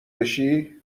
بشی